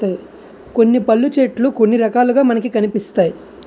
కొన్ని పళ్ళు చెట్లు కొన్ని రకాలుగా మనకి కనిపిస్తాయి